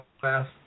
class